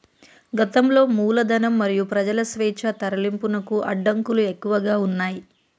గతంలో మూలధనం మరియు ప్రజల స్వేచ్ఛా తరలింపునకు అడ్డంకులు ఎక్కువగా ఉన్నయ్